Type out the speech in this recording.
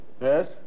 Yes